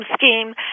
scheme